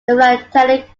philatelic